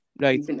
Right